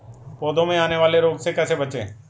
पौधों में आने वाले रोग से कैसे बचें?